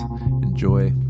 Enjoy